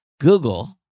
Google